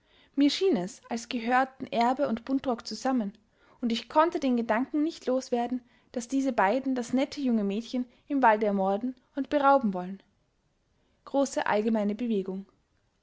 mir schien es als gehörten erbe und buntrock zusammen und ich konnte den gedanken nicht los werden daß diese beiden das nette junge mädchen im walde ermorden und berauben wollten